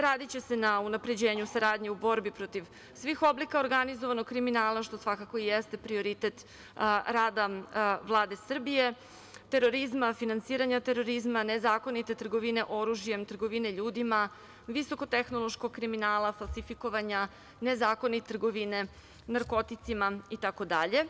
Radiće se na unapređenju saradnje u borbi protiv svih oblika organizovanog kriminala, što svakako jeste prioritet rada Vlade Srbije, terorizma, finansiranja terorizma, nezakonite trgovine oružjem, trgovine ljudima, visokotehnološkog kriminala, falsifikovanja, nezakonite trgovine narkoticima itd.